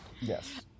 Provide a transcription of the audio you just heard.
yes